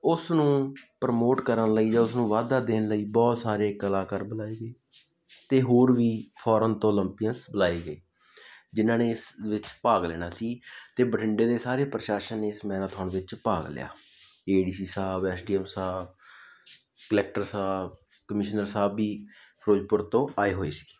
ਉਸ ਨੂੰ ਪ੍ਰਮੋਟ ਕਰਨ ਲਈ ਜਾਂ ਉਸ ਨੂੰ ਵਾਧਾ ਦੇਣ ਲਈ ਬਹੁਤ ਸਾਰੇ ਕਲਾਕਾਰ ਬੁਲਾਏ ਸੀ ਅਤੇ ਹੋਰ ਵੀ ਫੋਰਨ ਤੋਂ ਉਲੰਪੀਅਨ ਬੁਲਾਏ ਗਏ ਜਿਹਨਾਂ ਨੇ ਇਸ ਵਿੱਚ ਭਾਗ ਲੈਣਾ ਸੀ ਅਤੇ ਬਠਿੰਡੇ ਦੇ ਸਾਰੇ ਪ੍ਰਸ਼ਾਸਨ ਨੇ ਇਸ ਮੈਰਾਥੋਨ ਵਿੱਚ ਭਾਗ ਲਿਆ ਏਡੀਸੀ ਸਾਹਿਬ ਐਸਡੀਐਮ ਸਾਹਿਬ ਕਲੈਕਟਰ ਸਾਹਿਬ ਕਮਿਸ਼ਨਰ ਸਾਹਿਬ ਵੀ ਫਿਰੋਜਪੁਰ ਤੋਂ ਆਏ ਹੋਏ ਸੀ